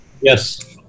Yes